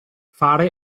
fare